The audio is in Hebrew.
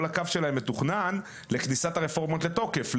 כל הקו שלהם מתוכנן לכניסת הרפורמות לתוקף,